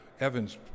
Evans